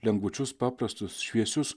lengvučius paprastus šviesius